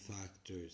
factors